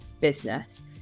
business